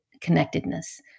connectedness